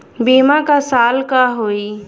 बीमा क साल क होई?